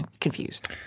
confused